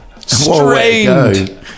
strained